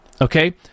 Okay